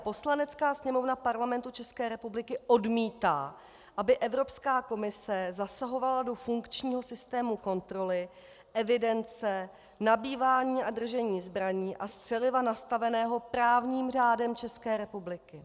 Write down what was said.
Poslanecká sněmovna Parlamentu České republiky odmítá, aby Evropská komise zasahovala do funkčního systému kontroly, evidence, nabývání a držení zbraní a střeliva nastaveného právním řádem České republiky.